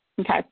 Okay